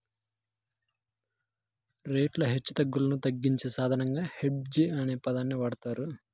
రేట్ల హెచ్చుతగ్గులను తగ్గించే సాధనంగా హెడ్జ్ అనే పదాన్ని వాడతారు